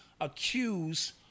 accuse